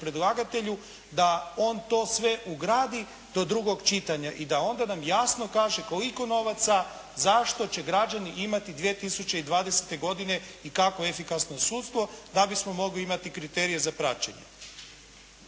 predlagatelju da on to sve ugradi do drugog čitanja i da onda nam jasno kaže koliko novaca, zašto će građani imati 2020. godine i kako efikasno sudstvo da bismo mogli imati kriterije za praćenje.